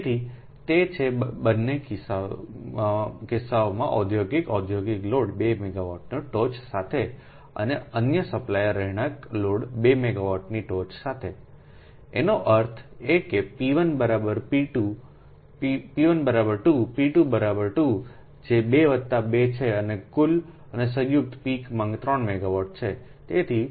તેથી તે છે બંને કિસ્સાઓમાં ઔદ્યોગિકરણ ઔદ્યોગિક લોડ 2 મેગાવાટની ટોચ સાથે અને અન્ય સપ્લાયર રહેણાંક લોડ 2 મેગાવાટની ટોચ સાથેએનો અર્થ એ કે p 1 બરાબર 2 p 2 બરાબર 2 જે 2 વત્તા 2 છે અને કુલ અને સંયુક્ત પીક માંગ 3 મેગાવાટ છે